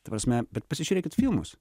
ta prasme bet pasižiūrėkit filmus